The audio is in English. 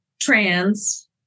trans